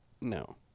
No